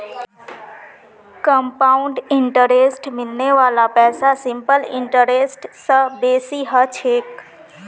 compound इंटरेस्टत मिलने वाला पैसा सिंपल इंटरेस्ट स बेसी ह छेक